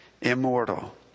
immortal